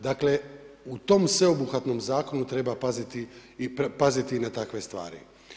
Dakle, u tom sveobuhvatnom zakonu treba paziti i na takve stvari.